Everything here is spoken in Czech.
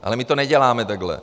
Ale my to neděláme takhle.